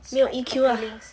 没有 E_Q ah